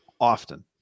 often